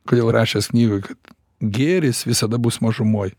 kai jau rašęs knygoj kad gėris visada bus mažumoj